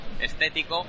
estético